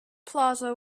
plaza